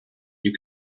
you